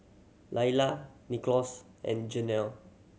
Laylah Nicklaus and Geno